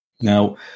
Now